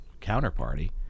counterparty